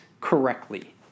correctly